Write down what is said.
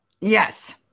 Yes